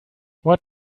what